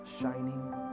Shining